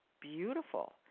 beautiful